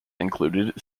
included